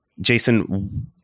Jason